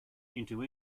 into